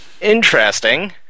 Interesting